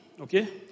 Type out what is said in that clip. okay